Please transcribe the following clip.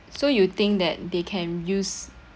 so you think that they can use